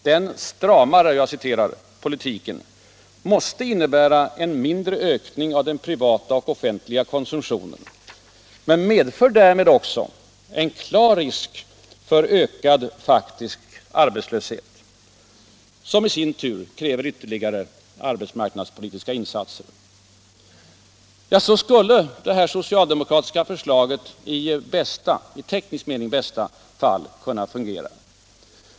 Den ”stramare” politiken måste innebära en mindre ökning av den privata och offentliga konsumtionen, men den medför därmed också en klar risk för ökad faktisk arbetslöshet, som i sin tur kräver ytterligare arbetsmarknadspolitiska insatser. Ja, så skulle det socialdemokratiska förslaget i teknisk mening i bästa fall fungera.